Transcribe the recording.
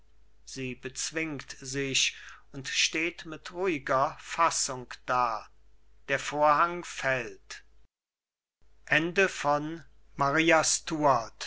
sie bezwingt sich und steht mit ruhiger fassung da der vorhang fällt